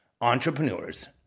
entrepreneurs